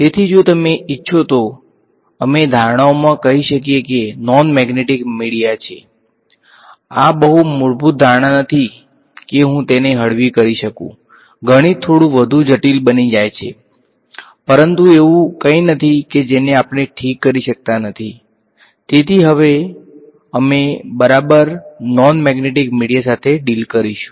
તેથી જો તમે ઇચ્છો તો અમે ધારણાઓમાં કહી શકીએ કે નોન મેગ્નેટિક મીડિયા સાથે ડિલ કરીશુ